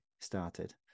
started